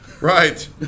Right